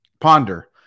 ponder